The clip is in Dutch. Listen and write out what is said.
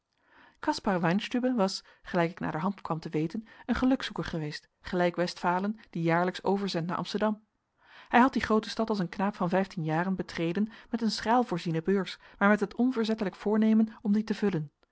caspar weinstübe was gelijk ik naderhand kwam te weten een gelukzoeker geweest gelijk westfalen die jaarlijks overzendt naar amsterdam hij had die groote stad als een knaap van vijftien jaren betreden met een schraal voorziene beurs maar met het onverzettelijk voornemen om die te vullen